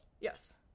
Yes